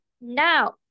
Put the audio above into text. now